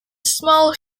small